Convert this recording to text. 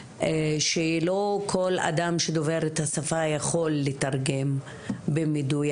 שלא כל אדם שדובר את השפה יכול לתרגם במדוייק.